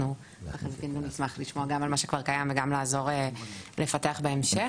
אנחנו אפילו נשמח לשמוע גם על מה שכבר קיים וגם לעזור לפתח בהמשך,